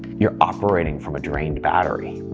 you're operating from a drained battery.